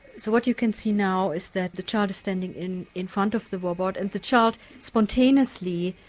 so what you can see now is that the child is standing in in front of the robot and the child spontaneously